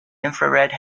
infrared